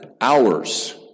hours